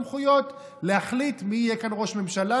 הסמכויות להחליט מי יהיה כאן ראש ממשלה,